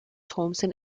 thompson